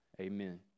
Amen